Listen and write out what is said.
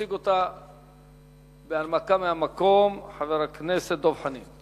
יציג אותה בהנמקה מהמקום חבר הכנסת דב חנין.